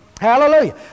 Hallelujah